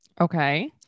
Okay